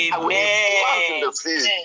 Amen